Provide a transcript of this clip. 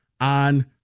on